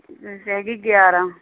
ਹੈਗੀ ਗਿਆਰਾਂ